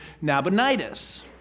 Nabonidus